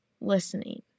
listening